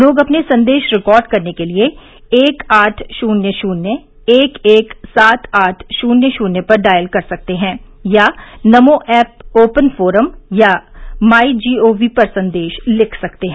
लोग अपने संदेश रिकॉर्ड करने के लिए एक आठ शून्य शून्य एक एक सात आठ शून्य शून्य पर डायल कर सकते हैं या नमो ऐप ओपन फोरम अथवा माई जी ओ वी पर संदेश लिख सकते हैं